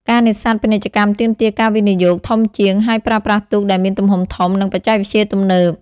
ការនេសាទពាណិជ្ជកម្មទាមទារ ការវិនិយោគ ធំជាង ហើយប្រើប្រាស់ទូកដែលមានទំហំធំ និងបច្ចេកវិទ្យាទំនើប។